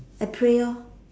I pray orh